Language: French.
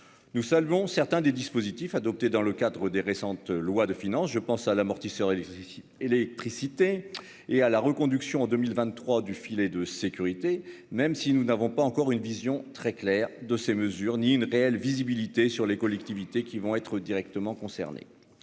Nous saluons certains des dispositifs adoptés dans le cadre des récentes lois de finances, je pense à l'amortisseur électricité et l'électricité et à la reconduction en 2023 du filet de sécurité même si nous n'avons pas encore une vision très claire de ces mesures, ni une réelle visibilité sur les collectivités qui vont être directement concernés.